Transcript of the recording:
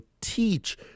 teach